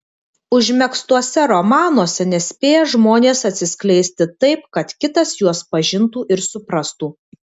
užmegztuose romanuose nespėja žmonės atsiskleisti taip kad kitas juos pažintų ir suprastų